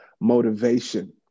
motivation